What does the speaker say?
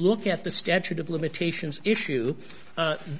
look at the statute of limitations issue